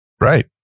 Right